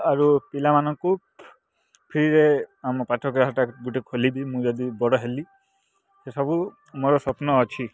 ଆରୁ ପିଲାମାନଙ୍କୁ ଫ୍ରିରେ ଆମ ପାଠଗ୍ରାହଟା ଗୋଟେ ଖୋଲିବି ମୁଁ ଯଦି ବଡ଼ ହେଲି ଏସବୁ ମୋର ସ୍ୱପ୍ନ ଅଛି